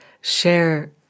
share